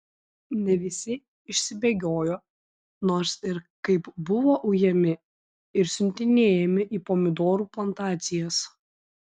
ne visi išsibėgiojo nors ir kaip buvo ujami ir siuntinėjami į pomidorų plantacijas